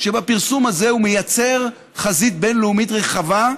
שבפרסום הזה הוא מייצר חזית בין-לאומית רחבה.